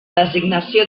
designació